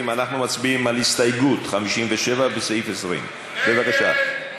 לסעיף 20. אנחנו מצביעים על הסתייגות 57 לסעיף 20. בבקשה.